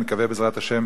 אני מקווה שבעזרת השם